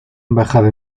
embajada